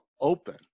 open